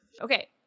Okay